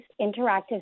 interactive